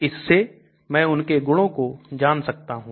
इससे मैं उनके गुणों को जान सकता हूं